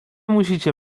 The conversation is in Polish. musicie